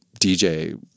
DJ